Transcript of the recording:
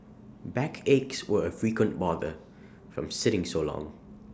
backaches were A frequent bother from sitting so long